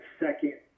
second –